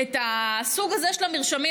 בסוג הזה של המרשמים,